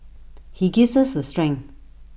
he gives us the strength